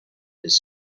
his